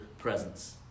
Presence